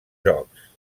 jocs